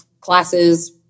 classes